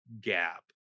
gap